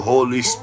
Holy